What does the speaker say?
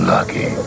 Lucky